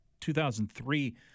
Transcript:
2003